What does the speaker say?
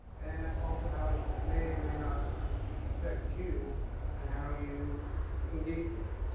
and also how it may or may not affect you and how you engage with it.